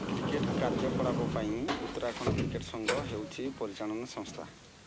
cricket କାର୍ଯ୍ୟକଳାପ ପାଇଁ Uttarakhand cricket ସଂଘ ହେଉଛି ପରିଚାଳନା ସଂସ୍ଥା